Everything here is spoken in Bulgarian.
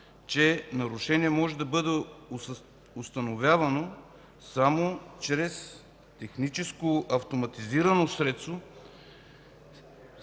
че нарушение може да бъде установявано само чрез техническо автоматизирано средство